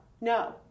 no